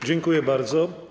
Dziękuję bardzo.